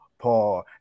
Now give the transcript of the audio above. Paul